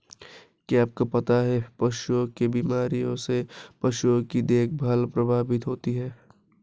क्या आपको पता है पशुओं की बीमारियों से पशुओं की देखभाल प्रभावित होती है?